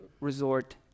resort